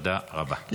תודה רבה.